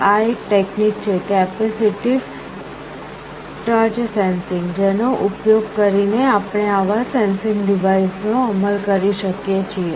આ એક ટેકનિક છે કેપેસિટીવ ટચ સેન્સિંગ જેનો ઉપયોગ કરીને આપણે આવા સેન્સિંગ ડિવાઇસ નો અમલ કરી શકીએ